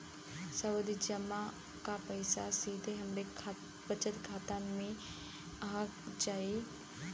सावधि जमा क पैसा सीधे हमरे बचत खाता मे आ जाई?